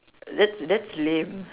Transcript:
that that that's lame